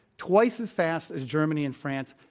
twice as fast as germany and france,